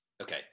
Okay